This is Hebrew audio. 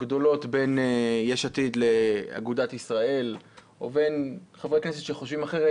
גדולות בין יש עתיד לאגודת ישראל ובין חברי כנסת שחושבים אחרת,